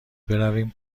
برویم